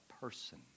person